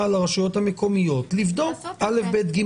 על הרשויות המקומיות לבדוק את זה ואת זה ואת זה,